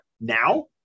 now